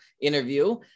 interview